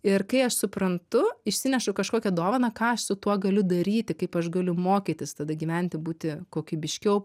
ir kai aš suprantu išsinešu kažkokią dovaną ką aš su tuo galiu daryti kaip aš galiu mokytis tada gyventi būti kokybiškiau